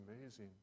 amazing